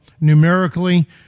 numerically